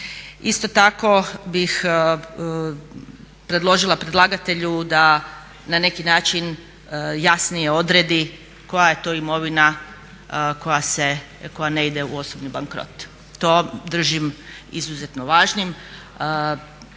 Isto tako bih predložila predlagatelju da na neki način jasnije odredi koja je to imovina koja se, koja ne ide u osobni bankrot. To držim izuzetno važnim.